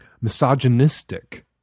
misogynistic